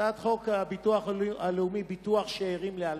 הצעת חוק הביטוח הלאומי (ביטוח שאירים לאלמן).